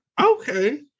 Okay